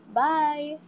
bye